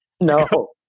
No